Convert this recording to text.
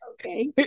Okay